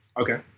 Okay